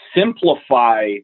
simplify